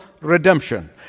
redemption